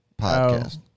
podcast